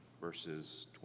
verses